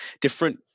different